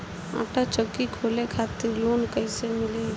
आटा चक्की खोले खातिर लोन कैसे मिली?